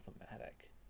problematic